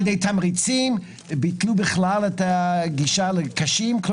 שעל ידי תמריצים ביטלו בכלל את הגישה לקשים לשתייה.